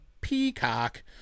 Peacock